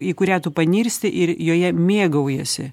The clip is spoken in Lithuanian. į kurią tu panirsti ir joje mėgaujiesi